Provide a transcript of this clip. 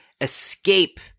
escape